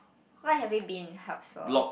what have we been hubs for